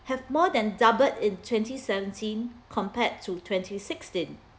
have more than doubled in twenty seventeen compared to twenty sixteen